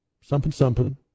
something-something